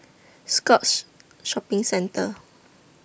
Scotts Shopping Centre